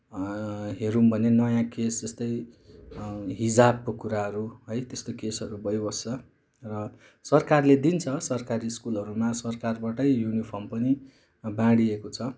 हेरौँ भने नयाँ केस जस्तै हिजाबको कुराहरू है त्यस्तो केसहरू भइबस्छ र सरकारले दिन्छ सरकारी स्कुलहरूमा सरकारबाटै युनिफर्म पनि बाँडिएको छ